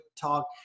talk